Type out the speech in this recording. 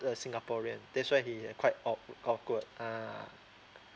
a singaporean that's why he uh quite awk~ awkward ah